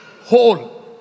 whole